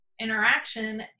interaction